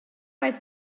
hai